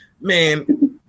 Man